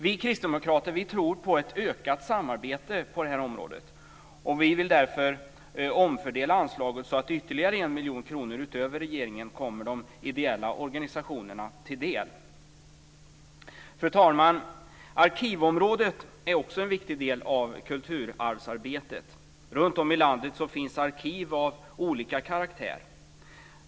Vi kristdemokrater tror på ett ökat samarbete på det här området. Vi vill därför omfördela anslaget så att ytterligare 1 miljon kronor utöver regeringens förslag kommer de ideella organisationerna till del. Fru talman! Arkivområdet är också en viktig del av kulturarvsarbetet. Runtom i landet finns arkiv av olika karaktär.